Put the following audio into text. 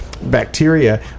Bacteria